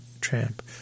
tramp